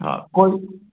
हा कोई